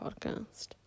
podcast